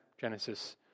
Genesis